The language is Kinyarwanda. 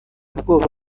bwoba